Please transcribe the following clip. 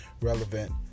relevant